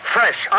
Fresh